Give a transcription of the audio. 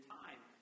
time